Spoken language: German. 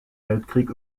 weltkrieg